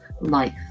life